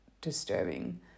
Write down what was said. disturbing